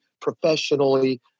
professionally